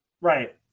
Right